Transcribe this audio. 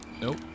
Nope